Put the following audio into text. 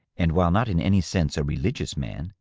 and, while not in any sense a religious man,